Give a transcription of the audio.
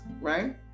right